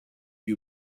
you